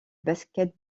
basket